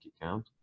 account